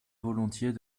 volontiers